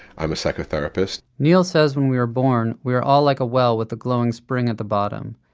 i am a psychotherapist neal says when we are born we are all like a well with a glowing spring at the bottom.